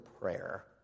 prayer